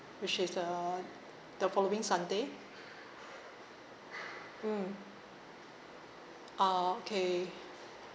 which is the the following sunday mm ah okay